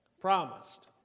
promised